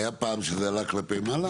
היה פעם שזה עלה כלפי מעלה?